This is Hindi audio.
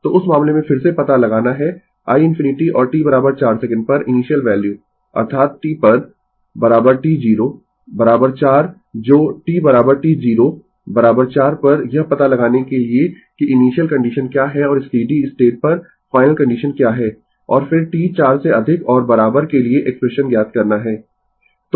तो उस मामले में फिर से पता लगाना है i ∞ और t 4 सेकंड पर इनीशियल वैल्यू अर्थात t पर t 0 4 जो t t 0 4 पर यह पता लगाने के लिए कि इनीशियल कंडीशन क्या है और स्टीडी स्टेट पर फाइनल कंडीशन क्या है और फिर t 4 से अधिक और बराबर के लिए एक्सप्रेशन ज्ञात करना है